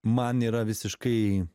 man yra visiškai